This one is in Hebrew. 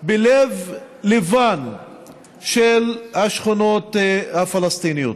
בלב-ליבן של השכונות הפלסטיניות.